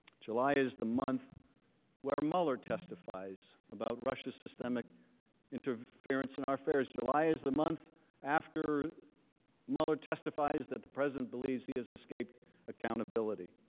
july is the month where mueller testifies about russian systemic interference in our affairs. july is a month after mueller testifies that the president believes he has escaped accountability.